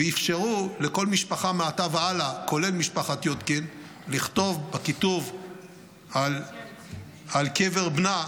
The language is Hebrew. ומעתה והלאה אפשרו לכל משפחה כולל משפחת יודקין לכתוב בכיתוב על קבר בנה